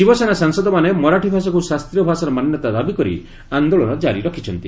ଶିବସେନା ସାଂସଦମାନେ ମରାଠୀ ଭାଷାକୁ ଶାସ୍ତ୍ରୀୟ ଭାଷାର ମାନ୍ୟତା ଦାବି କରି ଆନ୍ଦୋଳନ କାରି ରଖିଛନ୍ତି